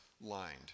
lined